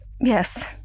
Yes